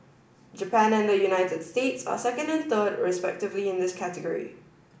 Japan and the United States are second and third respectively in this category